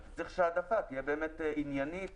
אז צריך שהעדפה תהיה באמת עניינית